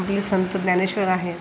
आपले संत ज्ञानेश्वर आहे